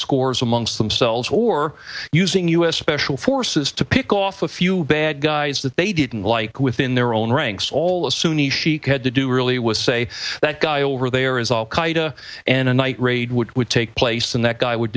scores amongst themselves or using u s special forces to pick off a few bad guys that they didn't like within their own ranks all the sunni sheik had to do really was say that guy over there is all qaeda and a night raid which would take play and that guy would